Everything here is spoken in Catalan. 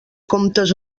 comptes